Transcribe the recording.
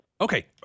Okay